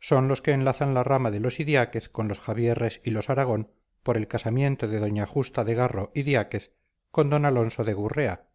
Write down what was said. son los que enlazan la rama de los idiáquez con los javierres y los aragón por el casamiento de doña justa de garro idiáquez con d alonso de gurrea